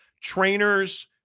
trainers